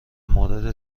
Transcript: مورد